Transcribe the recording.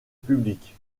publique